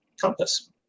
compass